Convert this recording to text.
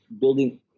building